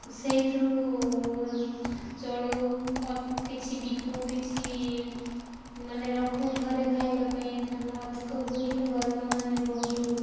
ସେଇଥିରୁ ଚଳୁ କିଛି ବିକୁ କିଛି ମାନେ ରଖୁ ଘରେ ଖାଇବା ପାଇଁ ଧାନ ଅଧିକ ହୁଏ ବୋଲେ ଗରିବ ମାନେ ବହୁତ